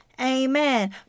Amen